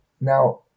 now